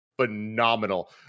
phenomenal